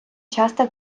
часто